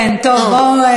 כן, טוב, בואו.